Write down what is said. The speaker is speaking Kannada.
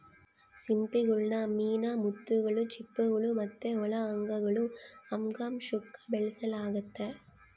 ಸಿಂಪಿಗುಳ್ನ ಮೇನ್ ಮುತ್ತುಗುಳು, ಚಿಪ್ಪುಗುಳು ಮತ್ತೆ ಒಳ ಅಂಗಗುಳು ಅಂಗಾಂಶುಕ್ಕ ಬೆಳೆಸಲಾಗ್ತತೆ